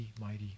mighty